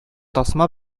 тасма